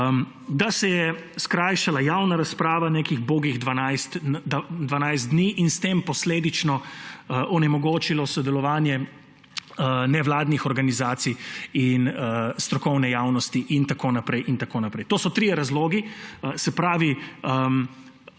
da se je skrajšala javna razprava na nekih ubogih 12 dni in s tem posledično onemogočilo sodelovanje nevladnih organizacij in strokovne javnosti in tako naprej. To so trije razlogi; se pravi,